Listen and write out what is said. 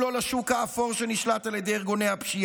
אם לא לשוק האפור שנשלט על ידי ארגוני הפשיעה?